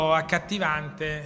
accattivante